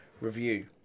review